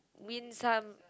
win some